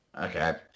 Okay